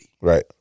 Right